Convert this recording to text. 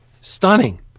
Stunning